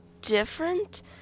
different